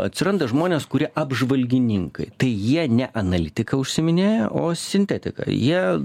atsiranda žmonės kurie apžvalgininkai tai jie ne analitika užsiiminėja o sintetika jie